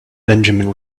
benjamin